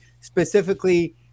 specifically